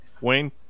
Wayne